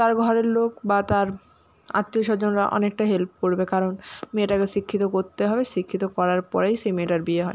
তার ঘরের লোক বা তার আত্মীয় স্বজনরা অনেকটা হেল্প করবে কারণ মেয়েটাকে শিক্ষিত করতে হবে শিক্ষিত করার পরেই সে মেয়েটার বিয়ে হয়